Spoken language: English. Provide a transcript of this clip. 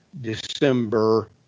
December